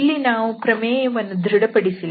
ಇಲ್ಲಿ ನಾವು ಪ್ರಮೇಯವನ್ನು ಧೃಡಪಡಿಸಿಲ್ಲ